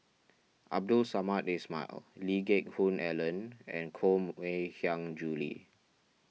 Abdul Samad Ismail Lee Geck Hoon Ellen and Koh Mui Hiang Julie